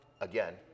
again